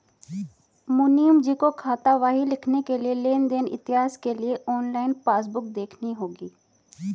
मुनीमजी को खातावाही लिखने के लिए लेन देन इतिहास के लिए ऑनलाइन पासबुक देखनी होगी